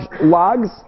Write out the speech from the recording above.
logs